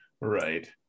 Right